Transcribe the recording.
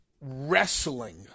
wrestling